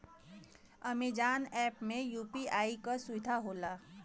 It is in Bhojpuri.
अमेजॉन ऐप में यू.पी.आई क सुविधा होला